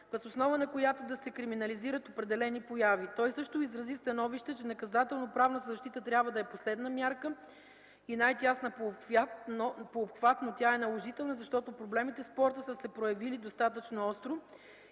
въз основа на която да се криминализират определени прояви. Той също изрази становище, че наказателноправната защита трябва да е последна мярка и най-тясна по обхват, но тя е наложителна, защото проблемите в спорта са се проявили достатъчно остро